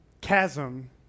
chasm